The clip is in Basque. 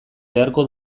beharko